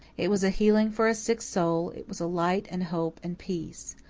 it was healing for a sick soul it was light and hope and peace.